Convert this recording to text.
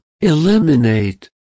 eliminate